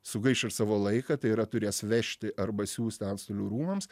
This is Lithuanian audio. sugaiš ir savo laiką tai yra turės vežti arba siųsti antstolių rūmams